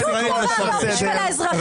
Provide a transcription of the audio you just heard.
שום דבר לא בשביל האזרחים.